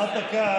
הממשלה שלנו,